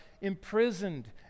imprisoned